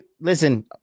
listen